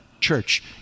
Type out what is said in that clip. church